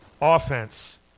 offense